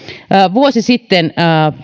vuosi sitten